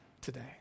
today